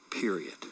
period